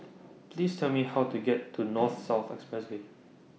Please Tell Me How to get to North South Expressway